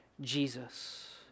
Jesus